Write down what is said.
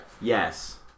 Yes